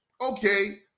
okay